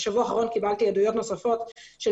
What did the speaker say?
בשבוע האחרון קיבלתי עדויות נוספות של